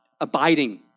abiding